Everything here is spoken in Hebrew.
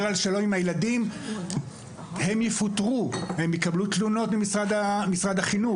על שלום עם הילדים הם יפוטרו או שיקבלו תלונות ממשרד החינוך.